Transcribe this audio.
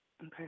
Okay